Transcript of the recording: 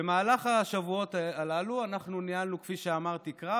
במהלך השבועות הללו אנחנו ניהלנו קרב,